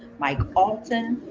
mike alton,